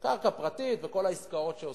קרקע פרטית וכל העסקאות שעושים,